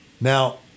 now